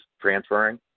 transferring